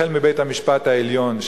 החל מבית-המשפט העליון,